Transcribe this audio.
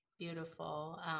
Beautiful